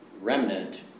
remnant